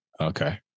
Okay